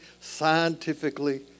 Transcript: scientifically